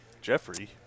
Jeffrey